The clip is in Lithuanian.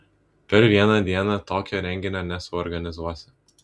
per vieną dieną tokio renginio nesuorganizuosi